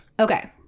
Okay